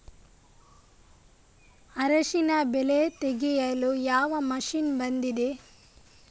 ಅರಿಶಿನ ಬೆಳೆ ತೆಗೆಯಲು ಯಾವ ಮಷೀನ್ ಬಂದಿದೆ?